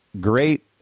great